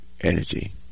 energy